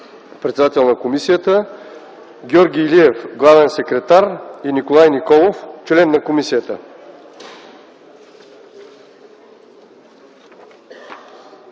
председател на комисията, Георги Илиев – главен секретар и Николай Николов – член на комисията.